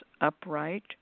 upright